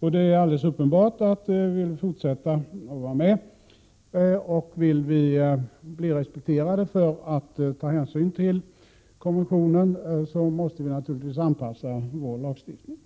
Det är alldeles uppenbart att vill vi fortsätta och vara med, och vill vi bli respekterade för att vi tar hänsyn till konventionen måste vi anpassa vår lagstiftning.